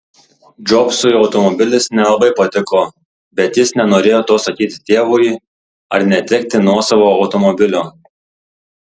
džobsui automobilis nelabai patiko bet jis nenorėjo to sakyti tėvui ar netekti nuosavo automobilio